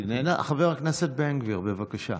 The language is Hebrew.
היא איננה, חבר הכנסת בן גביר, בבקשה.